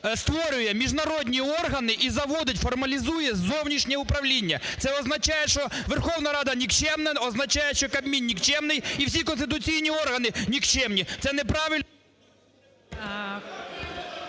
створює міжнародні органи і заводить, формалізує зовнішнє управління. Це означає, що Верховна Рада нікчемна, означає, що Кабмін нікчемний і всі конституційні органи нікчемні. Це неправильно...